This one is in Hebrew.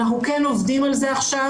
אנחנו כן עובדים על זה עכשיו,